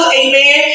amen